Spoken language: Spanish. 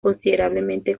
considerablemente